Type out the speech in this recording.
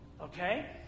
Okay